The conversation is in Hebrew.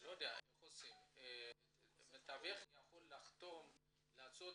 לא יודע, מתווך יכול לחתום במקומם?